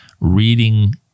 reading